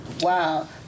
Wow